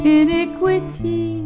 iniquity